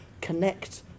connect